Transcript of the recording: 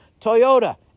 Toyota